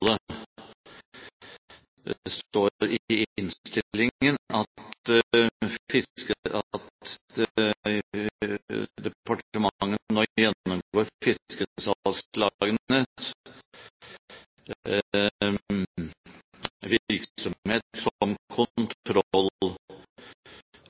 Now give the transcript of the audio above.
det nasjonale. Det står i innstillingen at departementet nå gjennomgår